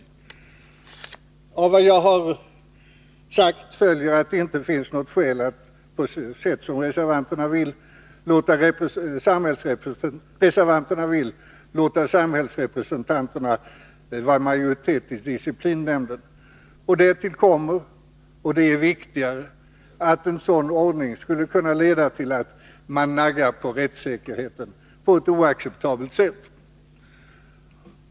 Av vad jag har sagt följer att det inte finns något skäl att, som reservanterna vill, låta samhällsrepresentanterna få majoritet i disciplinnämnden. Därtill kommer — och det är viktigare — att en sådan ordning skulle leda till att man naggade på rättssäkerheten på ett oacceptabelt sätt.